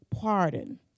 pardon